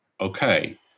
okay